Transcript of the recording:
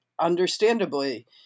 understandably